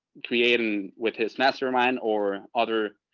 creating with his mastermind or other,